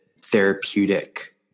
therapeutic